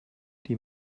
die